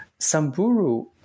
Samburu